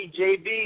JB